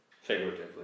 Figuratively